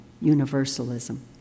Universalism